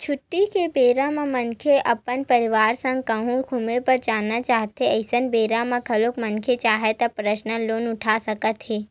छुट्टी के बेरा म मनखे अपन परवार संग कहूँ घूमे बर जाना चाहथें अइसन बेरा म घलोक मनखे चाहय त परसनल लोन उठा सकत हे